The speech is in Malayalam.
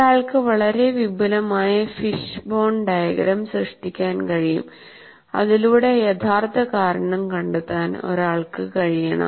ഒരാൾക്ക് വളരെ വിപുലമായ ഫിഷ്ബോൺ ഡയഗ്രം സൃഷ്ടിക്കാൻ കഴിയും അതിലൂടെ യഥാർത്ഥ കാരണം കണ്ടെത്താൻ ഒരാൾക്ക് കഴിയണം